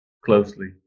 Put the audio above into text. closely